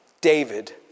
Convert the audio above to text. David